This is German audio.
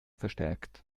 verstärkt